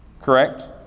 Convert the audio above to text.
Correct